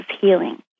healing